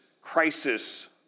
crisis